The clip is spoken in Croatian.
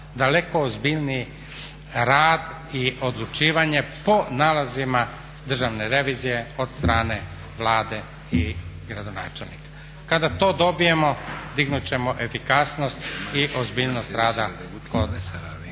Daleko ozbiljniji rad i odlučivanje po nalazima Državne revizije od strane Vlade i gradonačelnika. Kada to dobijemo dignut ćemo efikasnost i ozbiljnost rada kod korisnika